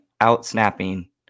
out-snapping